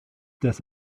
das